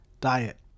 diet